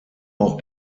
auch